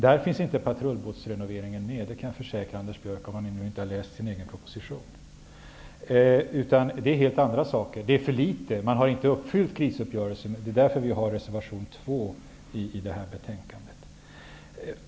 Där finns inte partrullbåtsrenoveringen med. Det kan jag försäkra Anders Björck, om han nu inte har läst sin egen proposition. Det är fråga om helt andra saker. Det har sparats för litet. Man har inte uppfyllt krisuppgörelsen. Det är därför vi har avgett reservation 2 till detta betänkande.